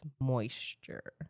moisture